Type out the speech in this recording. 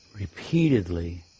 repeatedly